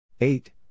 Eight